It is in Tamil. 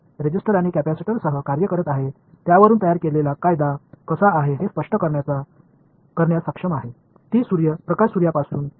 எனவே ரெசிஸ்டா்ஸ் மற்றும் கேபஸிடர்ஸ் பணிபுரியும் விஷயங்கள் மிகவும் சுவாரஸ்யமானவை ஒரு கட்டமைக்கப்பட்ட ஒரு விதி சூரியனில் இருந்து பூமிக்கு ஒளி எவ்வாறு பயணிக்கிறது என்பதை விளக்க முடியும் என்பது மிகவும் சுவாரஸ்யமானது